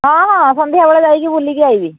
ହଁ ହଁ ସନ୍ଧ୍ୟାବେଳେ ଯାଇକି ବୁଲିକି ଆଇବି